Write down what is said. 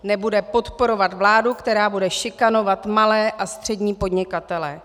Nebude podporovat vládu, která bude šikanovat malé a střední podnikatele.